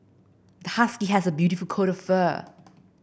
the husky has a beautiful coat of fur